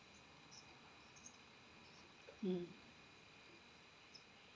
mm